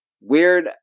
Weird